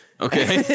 Okay